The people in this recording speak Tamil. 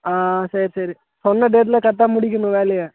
சரி சரி சொன்ன டேட்டில் கரெக்டாக முடிக்கணும் வேலைய